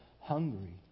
hungry